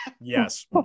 yes